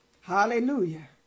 hallelujah